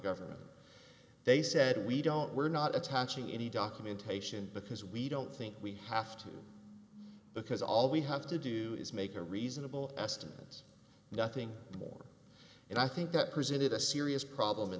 government they said we don't we're not attaching any documentation because we don't think we have to because all we have to do is make a reasonable estimates nothing more and i think that presented a serious problem in